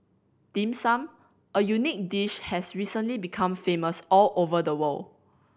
Dim Sum a unique dish has recently become famous all over the world